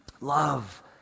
Love